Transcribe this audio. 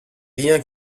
rien